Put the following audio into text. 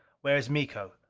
where is miko?